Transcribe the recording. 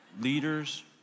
Leaders